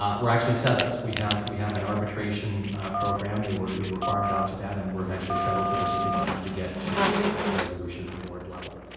um were actually settled. we have we have an arbitration program. they were they were farmed out to that and were eventually settled so they didn't have to get to resolution at the board level.